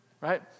Right